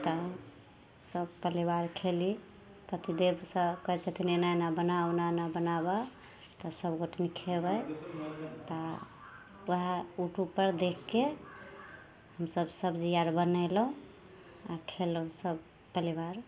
तऽ सब पलिबार खेली पतिदेवसभ कहै छथिन एना एना बनाउ एना एना बनाबऽ तऽ सभगोटे खेबै तऽ वएह उटूबपर देखिके हमसभ सब्जी आर बनेलहुँ आओर खएलहुँ सभ पलिबार